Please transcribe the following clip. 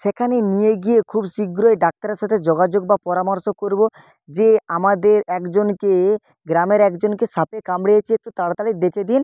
সেখানে নিয়ে গিয়ে খুব শীঘ্রই ডাক্তারের সাথে যোগাযোগ বা পরামর্শ করবো যে আমাদের একজনকে গ্রামের একজনকে সাপে কামড়িয়েছে একটু তাড়াতাড়ি দেখে দিন